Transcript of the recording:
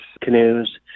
canoes